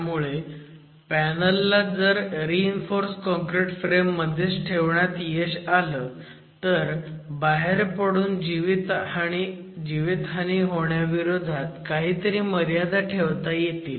त्यामुळे पॅनलला जर रीइन्फोर्स काँक्रिट फ्रेम मध्येच ठेवण्यात यश आलं तर बाहेर पडून जीवितहानी होण्याविरोधात काहीतरी मर्यादा ठेवता येतील